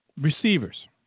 Receivers